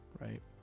right